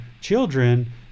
children